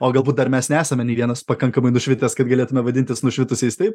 o galbūt dar mes nesame nei vienas pakankamai nušvitęs kad galėtume vadintis nušvitusiais taip